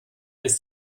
ist